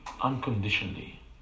unconditionally